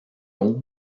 eau